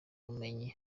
bumenyi